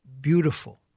beautiful